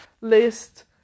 list